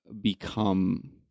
become